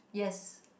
yes